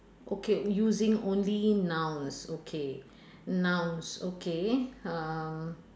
okay using only nouns okay nouns okay uh